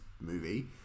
movie